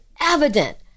evident